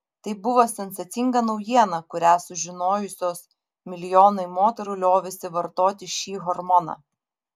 tai buvo sensacinga naujiena kurią sužinojusios milijonai moterų liovėsi vartoti šį hormoną